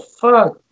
fuck